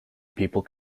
people